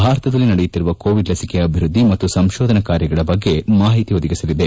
ಭಾರತದಲ್ಲಿ ನಡೆಯುತ್ತಿರುವ ಕೋವಿಡ್ ಲಸಿಕೆ ಅಭಿವ್ಯದ್ದಿ ಮತ್ತು ಸಂಶೋಧನಾ ಕಾರ್ಯಗಳ ಬಗ್ಗೆ ಮಾಹಿತಿ ಒದಗಿಸಲಿದೆ